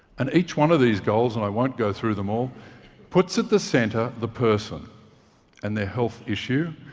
and each one of these goals and i won't go through them all puts at the center the person and their health issue,